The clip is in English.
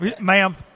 ma'am